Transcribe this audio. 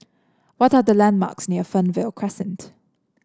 what are the landmarks near Fernvale Crescent